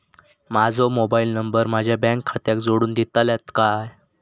माजो mobile number माझ्या bank खात्याक जोडून दितल्यात काय?